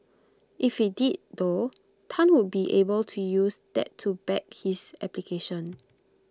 if IT did though Tan would be able to use that to back his application